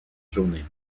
journée